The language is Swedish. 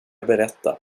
berätta